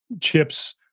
chips